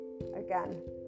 again